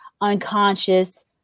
unconscious